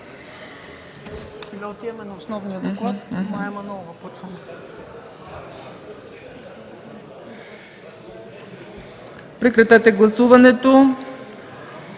Прекратете гласуването,